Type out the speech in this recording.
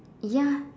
ya